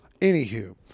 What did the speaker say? Anywho